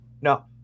no